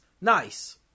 nice